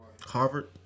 Harvard